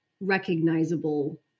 recognizable